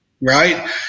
right